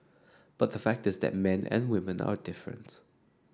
but the fact is that men and women are different